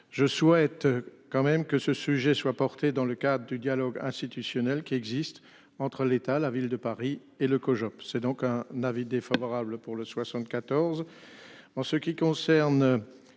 Je souhaite quand même que ce sujet soit porté dans le cadre du dialogue institutionnel qui existent entre l'État, la ville de Paris et le COJOP, c'est donc un avis défavorable pour le 74.